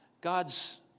God's